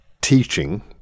teaching